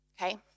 okay